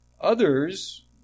Others